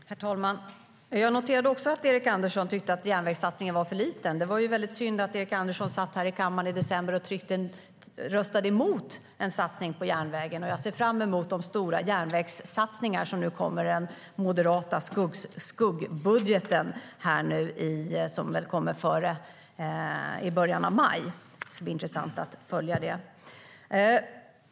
Herr talman! Jag noterade också att Erik Andersson tyckte att järnvägssatsningen var för liten. Då var det ju väldigt synd att Erik Andersson satt här i kammaren i december och röstade emot en satsning på järnvägen. Jag ser fram emot de stora järnvägssatsningar som nu kommer i den moderata skuggbudgeten i början av maj. Det ska bli intressant att följa detta.